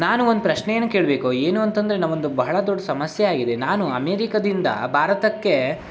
ನಾನು ಒಂದು ಪ್ರಶ್ನೆಯನ್ನು ಕೇಳಬೇಕು ಏನು ಅಂತಂದರೆ ನಾವೊಂದು ಬಹಳ ದೊಡ್ಡ ಸಮಸ್ಯೆ ಆಗಿದೆ ನಾನು ಅಮೇರಿಕದಿಂದ ಭಾರತಕ್ಕೆ